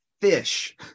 fish